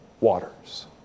waters